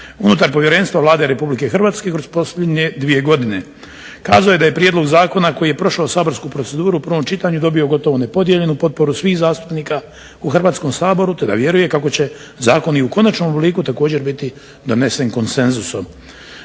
unutar Povjerenstva Vlade RH kroz posljednje dvije godine. Kazao je da je prijedlog zakona koji je prošao saborsku proceduru u prvom čitanju dobio gotovo nepodijeljenu potporu svih zastupnika u Hrvatskom saboru te da vjeruje kako će zakon i u konačnom obliku također biti donesen konsenzusom.